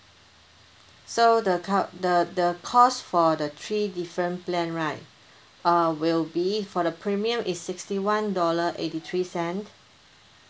so the cu~ the the cost for the three different plan right uh will be for the premium is sixty one dollar eighty three cent